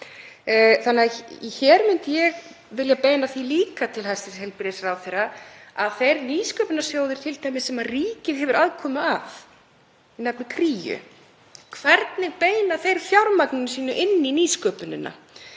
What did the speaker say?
þannig að hér myndi ég vilja beina því líka til hæstv. heilbrigðisráðherra að þeir nýsköpunarsjóðir t.d. sem ríkið hefur aðkomu að, ég nefni Kríu — hvernig beina þeir fjármagni sínu inn í nýsköpunina?